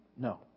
No